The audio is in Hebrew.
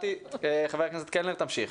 ח"כ קלנר תמשיך.